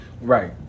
right